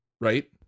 right